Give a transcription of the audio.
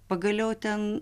pagaliau ten